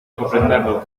comprenderlo